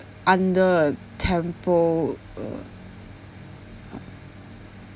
under a temple uh